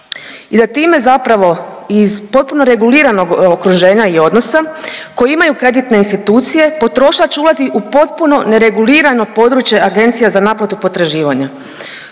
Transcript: i da time zapravo iz potpuno reguliranog okruženja i odnosa koji imaju kreditne institucije potrošač ulazi u potpuno neregulirano područje agencija za naplatu potraživanja.